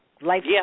Life